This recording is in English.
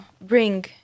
bring